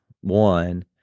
one